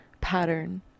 pattern